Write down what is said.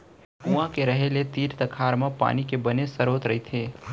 कुँआ के रहें ले तीर तखार म पानी के बने सरोत रहिथे